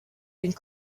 and